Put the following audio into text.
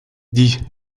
dit